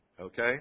Okay